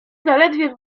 zaledwie